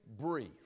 brief